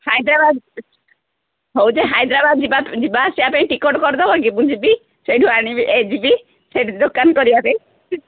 ହାଇଦ୍ରାବାଦ ହଉ ଯେ ହାଇଦ୍ରାବାଦ ଯିବା ଯିବା ଆସିବା ପାଇଁ ଟିକେଟ୍ କରିଦେବ କି ମୁଁ ଯିବି ସେଇଠୁ ଆଣିବି ଏ ଯିବି ସେଇଠି ଦୋକାନ କରିବା ପାଇଁ